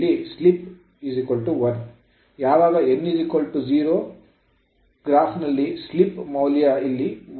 ಯಾವಾಗ n 0 ಇದು n 0 graph ನಲ್ಲಿ slip ಸ್ಲಿಪ್ ನ ಮೌಲ್ಯ ಇಲ್ಲಿ 1